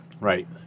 Right